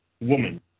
woman